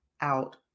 out